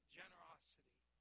generosity